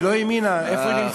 היא לא האמינה איפה היא נמצאת.